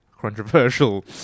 controversial